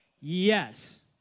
Yes